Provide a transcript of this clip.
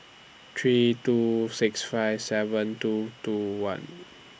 three two six five seven two two one